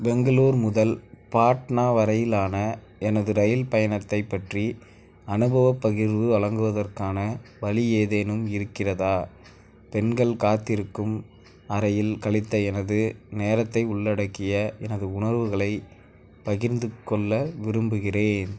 பெங்களூர் முதல் பாட்னா வரையிலான எனது ரயில் பயணத்தைப் பற்றி அனுபவப் பகிர்வு வழங்குவதற்கான வழி ஏதேனும் இருக்கிறதா பெண்கள் காத்திருக்கும் அறையில் கழித்த எனது நேரத்தை உள்ளடக்கிய எனது உணர்வுகளைப் பகிர்ந்துக் கொள்ள விரும்புகிறேன்